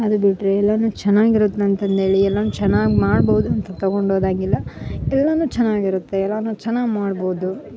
ಅದು ಬಿಟ್ಟರೆ ಎಲ್ಲಾನು ಚೆನಾಗಿರುತ್ತೆ ಅಂತ್ ಅಂದೇಳಿ ಎಲ್ಲಾನು ಚೆನ್ನಾಗಿ ಮಾಡ್ಬೋದು ಅಂತ ತಗೊಂಡೋದಾಗಿಲ್ಲ ಎಲ್ಲಾನು ಚೆನ್ನಾಗಿರುತ್ತೆ ಎಲ್ಲಾನು ಚೆನ್ನಾಗಿ ಮಾಡ್ಬೋದು